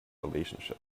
relationship